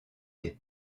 des